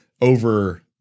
over